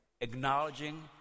acknowledging